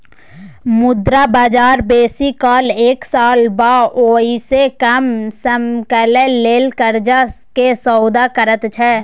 मुद्रा बजार बेसी काल एक साल वा ओइसे कम समयक लेल कर्जा के सौदा करैत छै